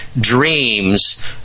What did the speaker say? dreams